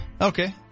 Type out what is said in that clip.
Okay